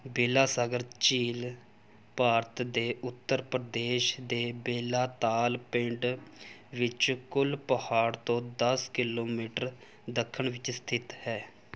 ਬੇਲਾਸਾਗਰ ਝੀਲ ਭਾਰਤ ਦੇ ਉੱਤਰ ਪ੍ਰਦੇਸ਼ ਦੇ ਬੇਲਾਤਾਲ ਪਿੰਡ ਵਿੱਚ ਕੁਲਪਹਾੜ ਤੋਂ ਦਸ ਕਿਲੋਮੀਟਰ ਦੱਖਣ ਵਿੱਚ ਸਥਿਤ ਹੈ